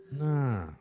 Nah